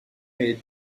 est